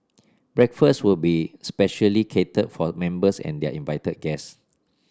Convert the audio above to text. breakfast will be specially catered for members and their invited guest